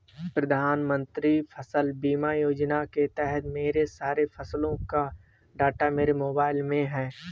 प्रधानमंत्री फसल बीमा योजना के तहत मेरे सारे फसलों का डाटा मेरे मोबाइल में है